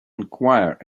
enquire